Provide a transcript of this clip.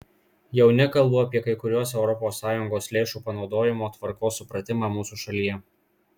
jau nekalbu apie kai kuriuos europos sąjungos lėšų panaudojimo tvarkos supratimą mūsų šalyje